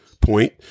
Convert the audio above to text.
point